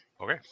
Okay